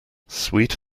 sweet